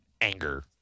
anger